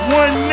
one